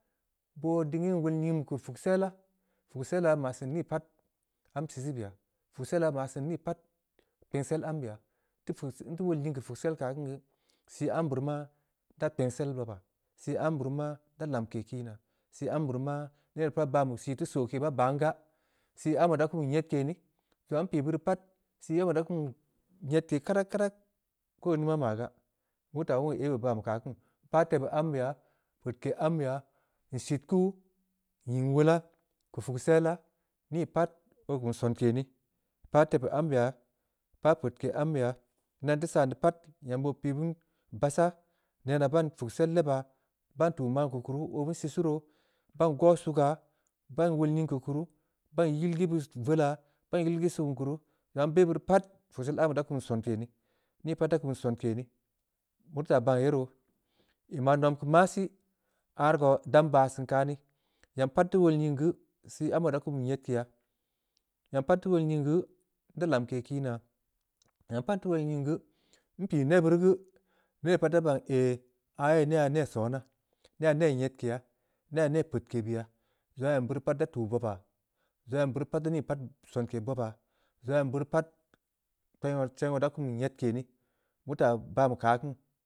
Boo dingin wol nying beh keu puksella, puksella rii maa seun nii pat, am sisii beya, puksella rii ma seun nii pat, kpengsel ambeya, teu puksel, nti wol nying keu puksel keu aah kin geu sii ambe rii ma da kpensel boba, sii ambe rii ma da lamke kiina, sii ambe rii ma nere pat banbeh sii teu, soke maa ban gaa, sii ambe da kum nyedke neh. zong aah npii beu rii pat sii ambe da kum nyedke karak-karak! Ko in ning ma gaa. meu teu yin aibeh baan beh keu aah kin, npah tebeu ambeya, peudke ambeya. ii sit kuu. nying wolaa, keu puksella. nii pat oo kum sonke ni. npah tebeu ambe ya. pah peudke ambeya. ina nteu san deu pat nyam oo pii beun bassah, nenaa ban puksel lebaa. ban tuu amn keu ku ruu, oo beu sisii roo, baan goh sugaa, baan wol nying keu ku ruu, baan yil gii beud veula. baan yil beud sugn keu ku ruu. zong aah nbeh beurii pat, puksel ambe da kum sonkeya ni, ni pat da kum sonke nii, meuri taa baan ye roo. nma nom keu ma sii. aah rii dam baa seun kani. nyam pat nteu wol nying geu. sii ambe da kum nyedkeya, naym pat nteu wol nying geu. nda lamke kiinaa. nyam pat nteu wol nying geu, npii nebbeu ruu geu, neh pat da ban ehh! Aah ye neyha neh sona. neyha neh nyedkeya. neyha neh peudke beya. zong aah em beuri pat da tuu bobaa. zong aah em beuri pat da ni sonke bobaa, zong aah em beuri pat seng oo da kum nyedke neh, meu taa baan beh keu aah kin.